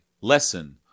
Lesson